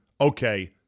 okay